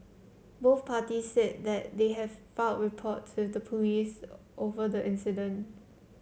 both parties said that they have filed reports with the police over the incident